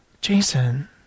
Jason